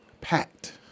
packed